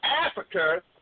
Africa